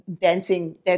dancing